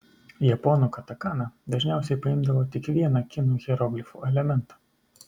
japonų katakana dažniausiai paimdavo tik vieną kinų hieroglifo elementą